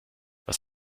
was